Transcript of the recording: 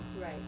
right